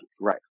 Right